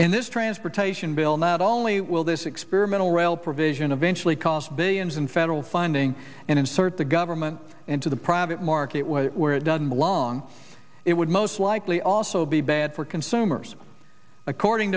in this transportation bill not only will this experimental rail provision of eventually cost billions in federal funding and insert the government into the private market was it where it doesn't belong it would most likely also be bad for consumers according